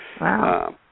Wow